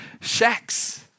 shacks